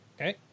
Okay